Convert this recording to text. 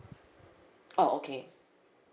oh okay